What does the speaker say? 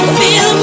feel